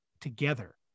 together